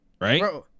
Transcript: right